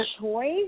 choice